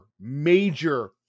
major